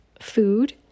food